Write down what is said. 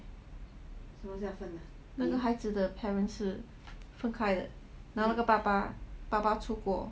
他们孩子的 parents 是分开的然后那个爸爸爸爸出国